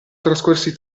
trascorsi